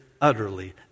utterly